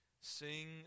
sing